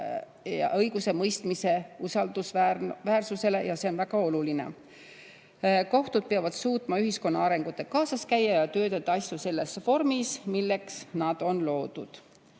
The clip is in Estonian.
õigusemõistmise usaldusväärsusele ja et see on väga oluline. Kohtud peavad suutma ühiskonna arengutega kaasas käia ja töödelda asju selles vormis, milleks nad on loodud.